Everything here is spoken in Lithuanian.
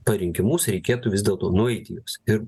per rinkimus reikėtų vis dėlto nueiti į juos ir